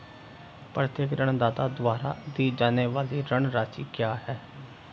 प्रत्येक ऋणदाता द्वारा दी जाने वाली ऋण राशि क्या है?